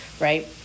right